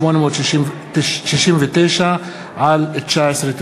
2014, פ/2869/19.